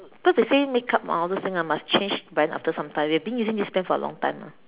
cause they say make up ah all those things ah must change brand after sometime you've been using this brand for a long time ah